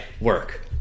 work